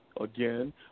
again